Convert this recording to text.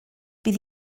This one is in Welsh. bydd